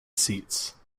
seats